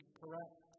correct